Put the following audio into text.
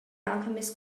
alchemist